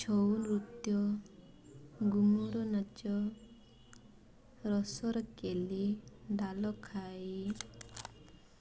ଛଉ ନୃତ୍ୟ ଗୁମୁର ନାଚ ରସରକେଲି ଡାଲଖାଇ